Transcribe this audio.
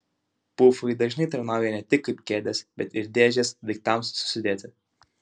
pufai dažnai tarnauja ne tik kaip kėdės bet ir dėžės daiktams susidėti